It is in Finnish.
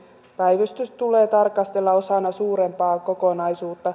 päivystykset tulee tarkastella osana suurempaa kokonaisuutta